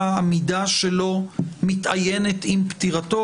העמידה שלו מתאיינת עם פטירתו?